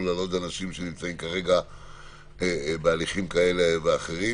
על עוד אנשים שנמצאים בהליכים כאלה ואחרים.